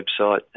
website